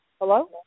Hello